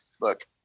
look